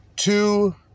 Two